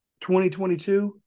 2022